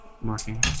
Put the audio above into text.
marking